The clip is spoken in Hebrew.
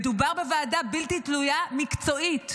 מדובר בוועדה בלתי תלויה ומקצועית.